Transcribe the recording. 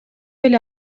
эле